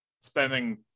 spending